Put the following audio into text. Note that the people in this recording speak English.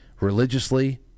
religiously